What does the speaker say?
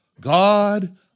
God